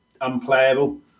unplayable